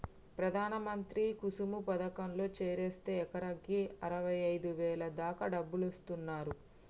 ప్రధాన మంత్రి కుసుమ పథకంలో చేరిస్తే ఎకరాకి అరవైఐదు వేల దాకా డబ్బులిస్తున్నరు